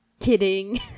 kidding